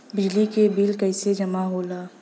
बिजली के बिल कैसे जमा होला?